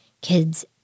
kids